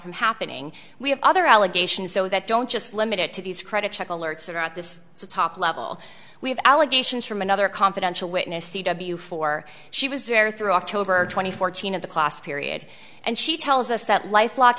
from happening we have other allegations though that don't just limit it to these credit check alerts are out this is a top level we have allegations from another confidential witness t w four she was very through october twenty fourth at the class period and she tells us that life lo